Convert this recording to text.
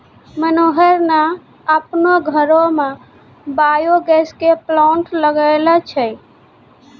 मनोहर न आपनो घरो मॅ बायो गैस के प्लांट लगैनॅ छै